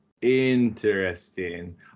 Interesting